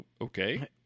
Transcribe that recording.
Okay